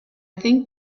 think